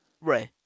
Right